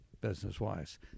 business-wise